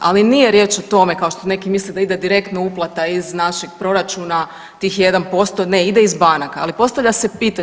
Ali nije riječ o tome kao što neki misle da ide direktno uplata iz našeg proračuna tih 1%, ne ide iz banaka, ali postavlja se pitanje.